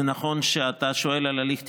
זה נכון שאתה שואל על הליך תכנוני,